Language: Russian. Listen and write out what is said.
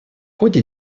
ходе